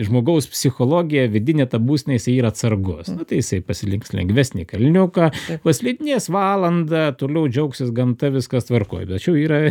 žmogaus psichologija vidinė ta būsena jisai yra atsargus nu tai jisai pasilinks lengvesnį kalniuką paslidinės valandą toliau džiaugsis gamta viskas tvarkoj tačiau yra